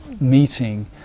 meeting